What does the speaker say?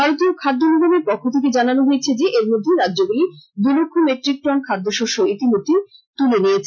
ভারতীয় খাদ্য নিগমের পক্ষ থেকে জানানো হয়েছে যে এরমধ্যে রাজ্যগুলি দু লক্ষ মেট্টিক টন খাদ্য শস্য ইতিমধ্যে তুলে নিয়েছে